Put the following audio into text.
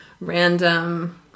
random